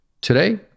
Today